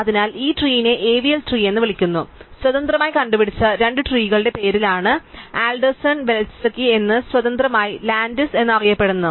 അതിനാൽ ഈ ട്രീനെ എവിഎൽ ട്രീ എന്ന് വിളിക്കുന്നു സ്വതന്ത്രമായി കണ്ടുപിടിച്ച രണ്ട് വ്യക്തികളുടെ പേരിലാണ് ആഡെൽസൺ വെൽസ്കി എന്നും സ്വതന്ത്രമായി ലാൻഡിസ് എന്നും അറിയപ്പെടുന്നത്